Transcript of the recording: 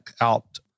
out